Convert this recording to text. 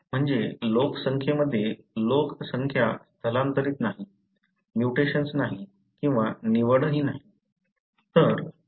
म्हणजे लोकसंख्येमध्ये लोकसंख्या स्थलांतरित नाही म्यूटेशन नाही किंवा निवडही नाही